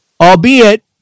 albeit